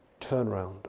turnaround